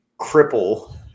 cripple